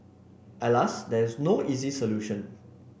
alas there is no easy solution